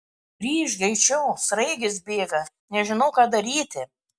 grįžk greičiau sraigės bėga nežinau ką daryti